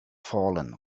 fallen